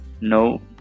no